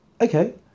okay